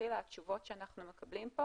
שמלכתחילה התשובות שאנחנו מקבלים פה